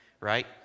Right